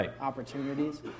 opportunities